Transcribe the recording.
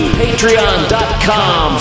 patreon.com